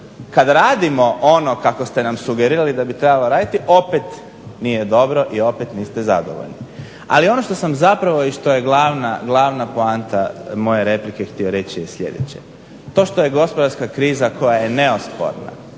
kad radimo ono kako ste nam sugerirali da bi trebalo raditi opet nije dobro i opet niste zadovoljni. Ali ono što sam zapravo i što je glavna poanta moje replike htio reći je sljedeće. To što je gospodarska kriza koja je neosporna